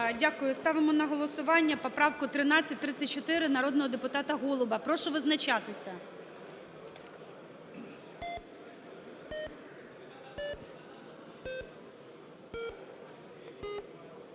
Дякую. Ставимо на голосування поправку 1334 народного депутата Голуба. Прошу визначатися.